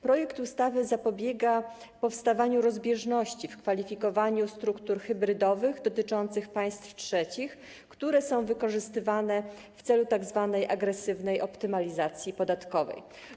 Projekt ustawy zapobiega powstawaniu rozbieżności w kwalifikowaniu struktur hybrydowych dotyczących państw trzecich, które są wykorzystywane w celu tzw. agresywnej optymalizacji podatkowej.